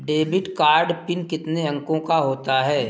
Debit card PIN कितने अंकों का होता है?